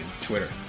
Twitter